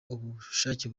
ubushake